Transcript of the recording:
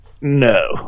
No